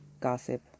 gossip